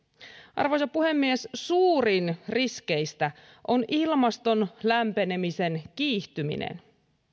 arvoisa puhemies suurin riskeistä on ilmaston lämpenemisen kiihtyminen